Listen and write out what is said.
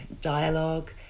dialogue